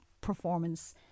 performance